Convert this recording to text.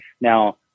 Now